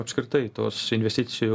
apskritai tos investicijų